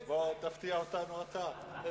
אז בוא תפתיע אותנו אתה.